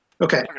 Okay